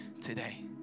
today